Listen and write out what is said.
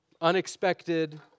unexpected